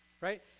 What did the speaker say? right